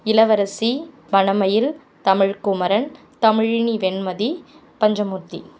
Ilavarasi Vanamayil Tamilkumaran Tamilini Venmathi Panchamurthy